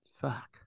fuck